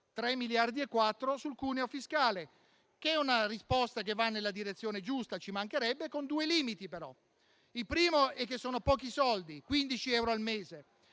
3,4 miliardi sul cuneo fiscale: una risposta che va nella direzione giusta, ci mancherebbe, ma con due limiti. Il primo limite è che sono pochi soldi: 15 euro al mese.